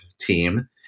team